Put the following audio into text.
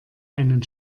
einen